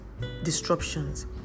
disruptions